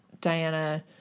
Diana